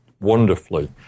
wonderfully